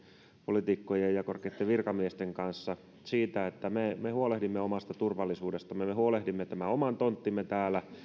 politiikkojen ja korkeitten virkamiesten kanssa siitä että me me huolehdimme omasta turvallisuudestamme me me huolehdimme tästä omasta tontistamme täällä